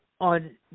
on